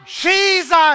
Jesus